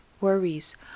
worries